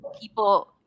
people